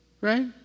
Right